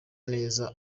neza